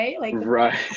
right